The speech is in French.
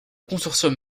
consortium